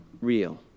Real